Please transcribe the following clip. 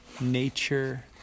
nature